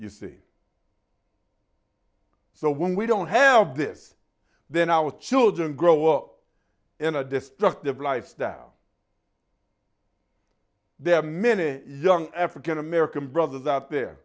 you see so when we don't have this then our children grow up in a destructive lifestyle there are many young african american brothers out there